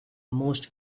most